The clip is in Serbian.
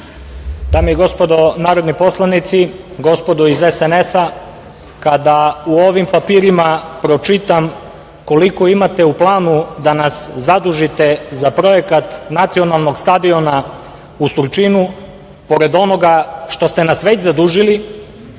Dame i gospodo narodni poslanici, gospodo iz SNS-a, kada u ovim papirima pročitam koliko imate u planu da nas zadužite za projekat nacionalnog stadiona u Surčinu, pored onoga što ste nas već zadužili,